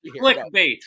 Clickbait